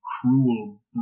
cruel